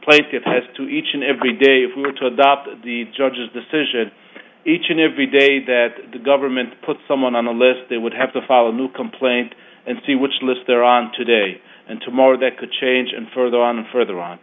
plaintiffs to each and every day if we were to adopt the judge's decision each and every day that the government put someone on the list they would have to follow a new complaint and see which list they're on today and tomorrow that could change and further on further on